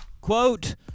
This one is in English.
Quote